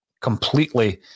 completely